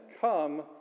come